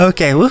Okay